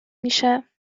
میشه